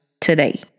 today